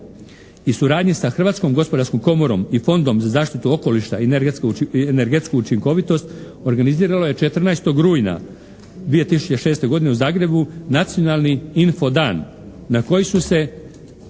i suradnji sa Hrvatskom gospodarskom komorom i Fondom za zaštitu okoliša i energetsku učinkovitost organizirala je 14. rujna 2006. godine u Zagrebu nacionalni info dan na koji su